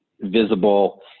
visible